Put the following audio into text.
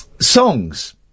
songs